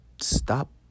stop